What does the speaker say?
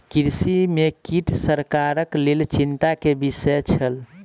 कृषि में कीट सरकारक लेल चिंता के विषय छल